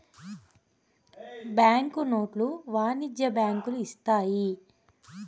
bank నోట్లు వాణిజ్య బ్యాంకులు ఇత్తాయి